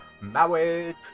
maui